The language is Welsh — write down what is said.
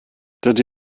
dydy